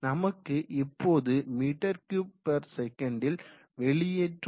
நமக்கு இப்போது m3s ல் வெளியேற்றும் வீதமும் தெரியும்